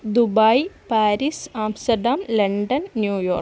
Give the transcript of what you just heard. Dubai Paris Amsterdam London New York